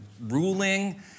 ruling